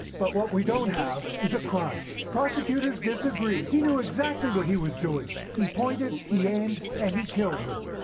but what we don't have is a crime. prosecutors disagree. he knew exactly what he was doing. he pointed, he aimed, and he killed her.